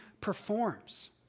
performs